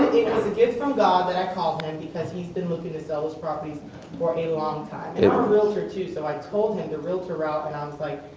was a gift from god that i called him because he's been looking to sell those properties for a long time. i'm a realtor too so i told him the realtor route and i was like,